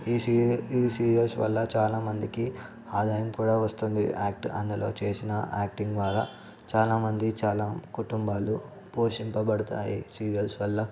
ఈ సీరియల్ ఈ సీరియల్స్ వల్ల చాలా మందికి ఆదాయం కూడా వస్తుంది యాక్ట్ అందులో చేసిన యాక్టింగ్ ద్వారా చాలామంది చాలా కుటుంబాలు పోషింపబడతాయి సీరియల్స్ వల్ల